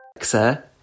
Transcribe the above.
Sir